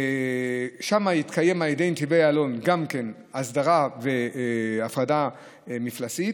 גם שם יבוצעו על ידי נתיבי איילון הסדרה והפרדה מפלסית,